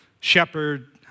shepherd